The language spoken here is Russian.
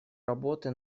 работы